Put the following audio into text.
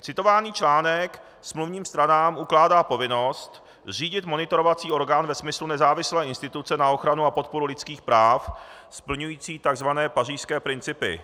Citovaný článek smluvním stranám ukládá povinnost zřídit monitorovací orgán ve smyslu nezávislé instituce na ochranu a podporu lidských práv splňující takzvané pařížské principy.